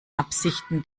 absichten